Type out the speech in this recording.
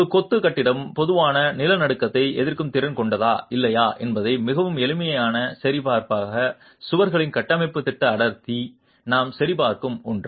ஒரு கொத்து கட்டிடம் போதுமான நிலநடுக்கத்தை எதிர்க்கும் திறன் கொண்டதா இல்லையா என்பதை மிக எளிமையான சரிபார்ப்பாக சுவர்களின் கட்டமைப்பு திட்ட அடர்த்தி நாம் சரிபார்க்கும் ஒன்று